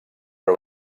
per